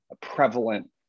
prevalent